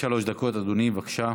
בבקשה, עד שלוש דקות, אדוני, בבקשה.